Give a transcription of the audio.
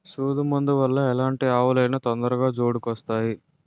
సూదు మందు వల్ల ఎలాంటి ఆవులు అయినా తొందరగా జోడుకొత్తాయి